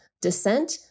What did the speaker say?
descent